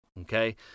Okay